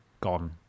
gone